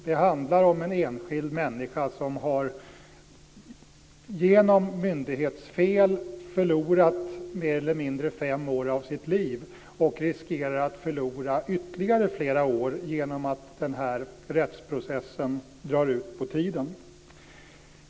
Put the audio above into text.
Det handlar om en enskild människa som genom myndighetsfel har förlorat mer eller mindre fem år av sitt liv och som riskerar att förlora ytterligare flera år genom att rättsprocessen drar ut på tiden.